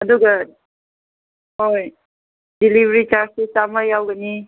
ꯑꯗꯨꯒ ꯍꯣꯏ ꯗꯤꯂꯤꯚꯔꯤ ꯆꯥꯔꯖꯇꯤ ꯆꯥꯝꯃ ꯌꯧꯒꯅꯤ